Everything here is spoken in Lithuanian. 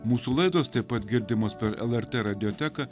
mūsų laidos taip pat girdimos per lrt radioteką